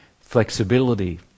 flexibility